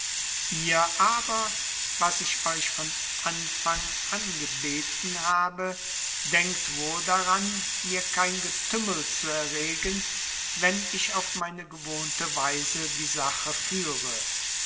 ihr aber was ich euch von anfang angebeten habe denkt wohl daran mir kein getümmel zu erregen wenn ich auf meine gewohnte weise die sache führe